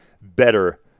better